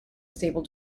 stable